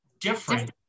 different